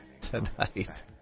Tonight